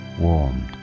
warmed